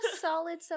solid